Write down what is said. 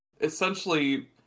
essentially